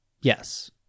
Yes